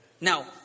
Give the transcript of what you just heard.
Now